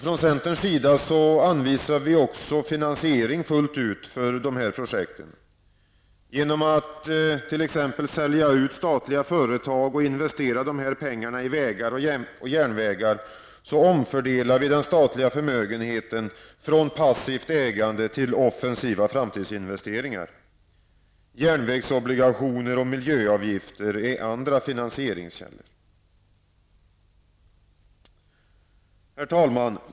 Från centerns sida anvisar vi också finansiering fullt ut för dessa projekt. Genom att t.ex. sälja ut statliga företag och investera dessa pengar i vägar och järnvägar omfördelar vi den statliga förmögenheten från passivt ägande till offensiva framtidsinvesteringar. Järnvägsobligationer och miljöavgifter är andra finansieringskällor. Herr talman!